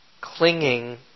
clinging